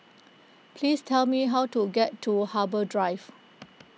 please tell me how to get to Harbour Drive